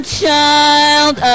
child